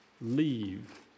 leave